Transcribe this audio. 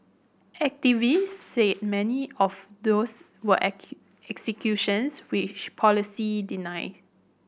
activists say many of those were executions which policy deny